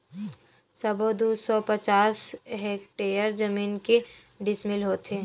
सबो दू सौ पचास हेक्टेयर जमीन के डिसमिल होथे?